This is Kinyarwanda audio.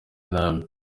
nabi